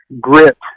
grit